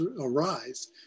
arise